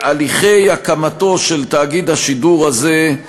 הליכי הקמתו של תאגיד השידור הזה,